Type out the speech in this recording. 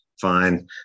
Fine